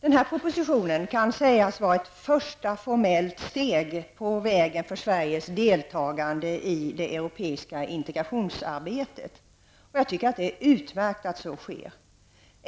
Den här propositionen kan sägas vara ett första formellt steg på vägen till Sveriges deltagande i det europeiska integrationsarbetet. Jag tycker att det är utmärkt att så sker.